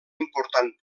important